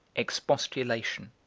expostulation.